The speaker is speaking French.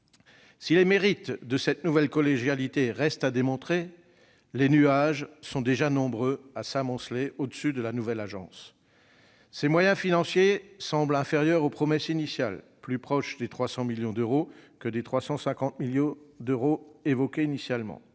Si les mérites de cette nouvelle collégialité restent à démontrer, les nuages sont déjà nombreux à s'amonceler au-dessus de la nouvelle agence. Ses moyens financiers semblent inférieurs aux promesses initiales : ils sont plus proches des 300 millions d'euros que des 350 millions d'euros évoqués initialement.